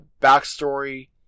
backstory